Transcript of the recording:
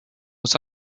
was